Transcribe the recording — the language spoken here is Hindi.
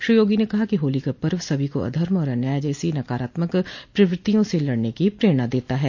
श्री योगी ने कहा कि होली का पर्व सभी को अधर्म और अन्याय जैसी नकारात्मक प्रवृत्तियों से लड़ने की प्रेरणा देता है